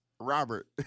Robert